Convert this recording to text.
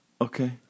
Okay